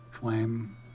flame